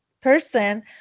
person